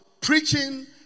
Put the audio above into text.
preaching